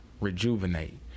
rejuvenate